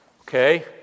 Okay